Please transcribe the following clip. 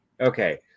okay